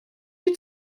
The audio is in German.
die